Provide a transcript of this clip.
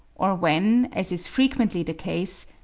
or when, as is frequently the case,